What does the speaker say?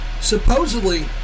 Supposedly